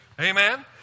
Amen